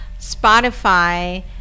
Spotify